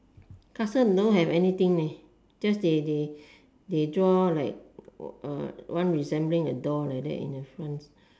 castle don't have anything leh just they they they draw like uh one resembling like a door like that in the front